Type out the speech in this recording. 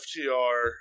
FTR